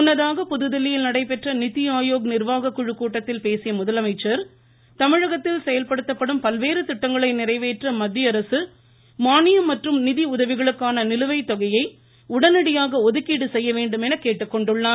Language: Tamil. முன்னதாக புதுதில்லியில் நடைபெற்ற நிதிஆயோக் நிர்வாக குழு கூட்டத்தில் பேசிய முதலமைச்சர் தமிழகத்தில் செயல்படுத்தப்படும் பல்வேறு திட்டங்களை நிறைவேற்ற மத்தியஅரசு மானியம் மற்றும் நிதி உதவிகளுக்கான நிலுவைத் தொகையை உடனடியாக ஒதுக்கீடு செய்யவேண்டும் என்று கேட்டுக்கொண்டார்